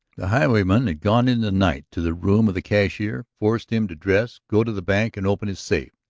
the highwayman had gone in the night to the room of the cashier, forced him to dress, go to the bank, and open his safe.